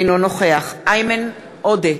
אינו נוכח איימן עודה,